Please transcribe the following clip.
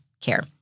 care